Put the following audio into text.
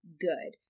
good